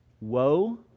Woe